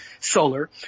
solar